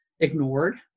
ignored